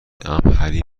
امهری